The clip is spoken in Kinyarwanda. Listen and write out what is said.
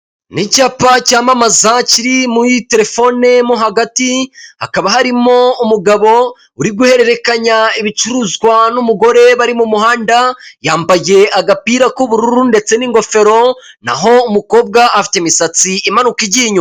Ni icyapa cyamamaza kiri muri telefone mo hagati hakaba harimo umugabo uri guhererekanya ibicuruzwa n'umugore bari mu muhanda, yambaye agapira k'ubururu ndetse n'ingofero naho umukobwa afite imisatsi imanuka igiye inyuma.